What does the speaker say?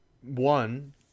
one